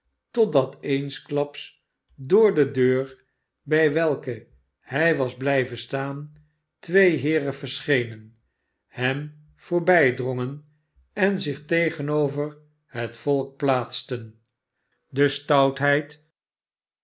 totdat eensklaps door de deur bij welke hij was blijven staan twee heeren verschenen hem voorbijdrongen en zich tegenover het volk plaatsten de stoutbarnaby